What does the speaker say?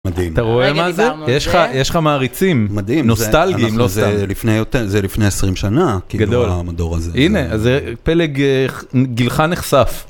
אתה רואה מה זה? יש לך מעריצים, מדהים, נוסטלגיים, זה לפני יות.. זה לפני 20 שנה, גדול, המדור הזה, הנה זה פלג גילך נחשף.